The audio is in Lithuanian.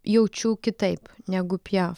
jaučiu kitaip negu piaf